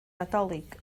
nadolig